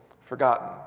forgotten